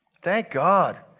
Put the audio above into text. thank god,